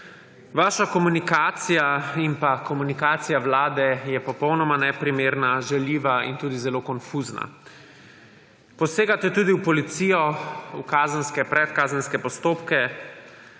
Vaša komunikacija in komunikacija vlade je popolnoma neprimerna, žaljiva in tudi zelo konfuzna. Posegate tudi v policijo, v kazenskem, v predkazenske postopke.